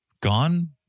gone